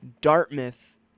Dartmouth